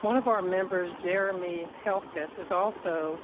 one of our members jeremy healthgit is also